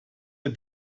der